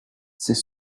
c’est